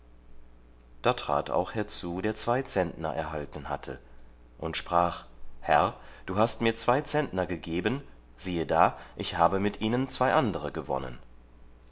da trat auch herzu der zwei zentner erhalten hatte und sprach herr du hast mir zwei zentner gegeben siehe da ich habe mit ihnen zwei andere gewonnen